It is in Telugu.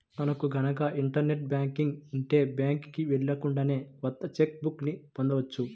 మనకు గనక ఇంటర్ నెట్ బ్యాంకింగ్ ఉంటే బ్యాంకుకి వెళ్ళకుండానే కొత్త చెక్ బుక్ ని పొందవచ్చు